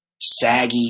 saggy